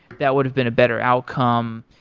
that would have been a better outcome.